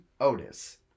Otis